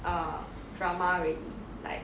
err drama already like